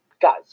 guys